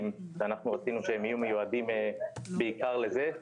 ואנחנו רצינו שהם יהיו מיועדים בעיקר לזה,